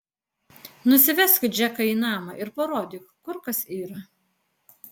nusivesk džeką į namą ir parodyk kur kas yra